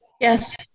yes